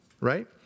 right